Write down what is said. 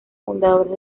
fundadores